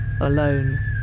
Alone